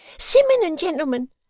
simmun and gentlemen,